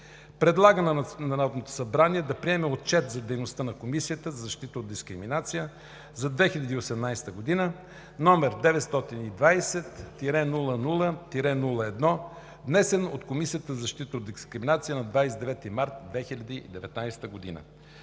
предлага на Народното събрание да приеме Отчет за дейността на Комисията за защита от дискриминация за 2018 г., № 920-00-01, внесен от Комисията за защита от дискриминация на 29 март 2019 г.